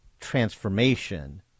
transformation